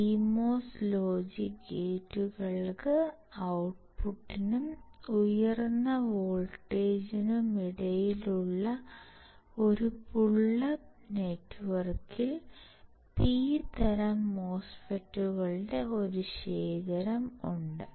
CMOS logic ഗേറ്റുകൾക്ക് ഔട്ട്പുട്ട്നും ഉയർന്ന വോൾട്ടേജിനുമിടയിലുള്ള ഒരു പുൾ അപ്പ് നെറ്റ്വർക്കിൽ P തരം മോസ്ഫെറ്റുകളുടെ ഒരു ശേഖരം ഉണ്ട്